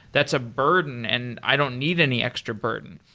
that's a burden, and i don't need any extra burden.